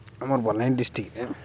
ଆମର୍ ବଲାଙ୍ଗୀର୍ ଡିଷ୍ଟିକ୍ଟ୍ରେ